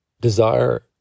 desire